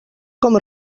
com